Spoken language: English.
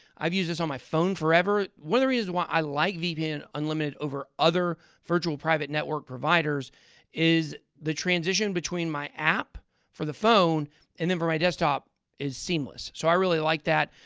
i've used this on my phone forever. one of the reasons why i like vpn unlimited over other virtual private network providers is the transition between my app for the phone and then for my desktop is seamless. so i really like that.